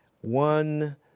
One